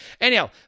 Anyhow